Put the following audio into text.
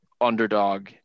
underdog